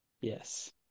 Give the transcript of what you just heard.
Yes